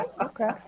Okay